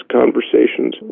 conversations